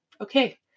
Okay